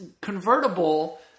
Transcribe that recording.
convertible